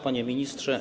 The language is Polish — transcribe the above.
Panie Ministrze!